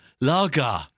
Lager